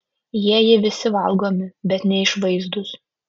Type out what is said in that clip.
jieji visi valgomi bet neišvaizdūs